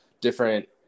different